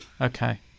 Okay